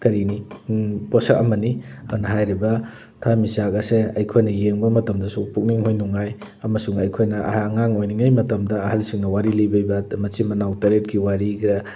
ꯀꯔꯤꯅꯤ ꯄꯣꯠꯁꯛ ꯑꯃꯅꯤ ꯑꯗꯨꯅ ꯍꯥꯏꯔꯤꯕ ꯊꯋꯥꯟ ꯃꯤꯆꯥꯛ ꯑꯁꯦ ꯑꯩꯈꯣꯏꯅ ꯌꯦꯡꯕ ꯃꯇꯝꯗꯁꯨ ꯄꯨꯛꯅꯤꯡꯗ ꯅꯨꯡꯉꯥꯏ ꯑꯃꯁꯨꯡ ꯑꯩꯈꯣꯏꯅ ꯑꯉꯥꯡ ꯑꯣꯏꯔꯤꯉꯩ ꯃꯇꯝꯗ ꯑꯍꯜꯁꯤꯡꯅ ꯋꯥꯔꯤ ꯂꯤꯕꯤꯕ ꯃꯆꯤꯟ ꯃꯅꯥꯎ ꯇꯔꯦꯠꯀꯤ ꯋꯥꯔꯤꯒ